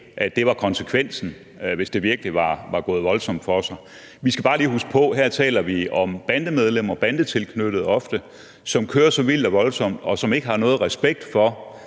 at det var konsekvensen, hvis det virkelig var gået voldsomt for sig. Vi skal bare lige huske på, at her taler vi om bandemedlemmer, ofte bandetilknyttede, som kører så vildt og voldsomt, og som ikke har nogen respekt for,